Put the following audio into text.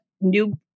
new